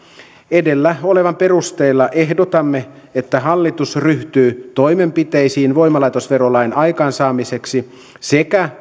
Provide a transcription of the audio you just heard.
edellä olevan perusteella ehdotamme että hallitus ryhtyy toimenpiteisiin voimalaitosverolain aikaansaamiseksi sekä